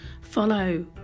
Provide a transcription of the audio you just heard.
Follow